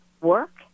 work